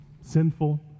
sinful